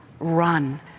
Run